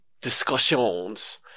discussions